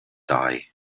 die